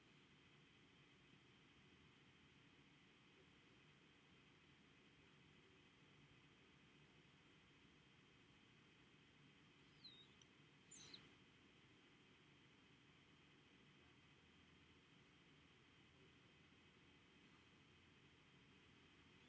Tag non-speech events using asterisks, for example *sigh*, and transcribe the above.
*noise*